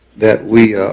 that we